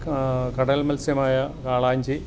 കാ കടല്മത്സ്യമായ കാളാഞ്ചി